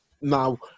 Now